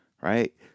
right